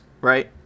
right